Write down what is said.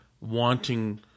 wanting